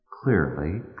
clearly